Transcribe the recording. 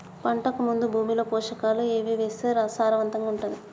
పంటకు ముందు భూమిలో పోషకాలు ఏవి వేస్తే సారవంతంగా ఉంటది?